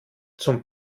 zum